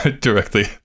directly